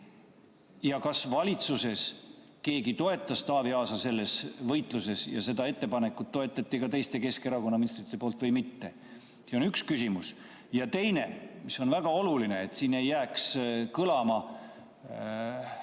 Kas valitsuses keegi toetas Taavi Aasa selles võitluses ja kas seda ettepanekut toetasid ka teised Keskerakonna ministrid või mitte? See on üks küsimus. Ja teine küsimus, mis on väga oluline, et siin ei jääks kõlama